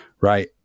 Right